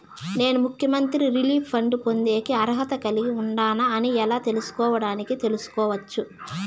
నేను ముఖ్యమంత్రి relief fund పొందేకి అర్హత కలిగి ఉండానా అని ఎలా తెలుసుకోవడానికి తెలుసుకోవచ్చు